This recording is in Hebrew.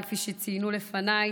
כפי שציינו לפניי,